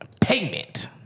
Payment